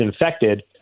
infected